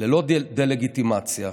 ללא דה-לגיטימציה,